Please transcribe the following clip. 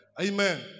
Amen